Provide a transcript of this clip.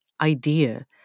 idea